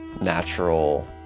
natural